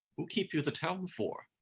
who keep you the town for?